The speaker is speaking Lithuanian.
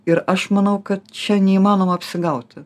ir aš manau kad čia neįmanoma apsigauti